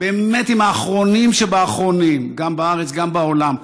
באמת עם האחרונים שבאחרונים, גם בארץ וגם בעולם.